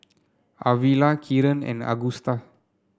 Arvilla Kieran and Agusta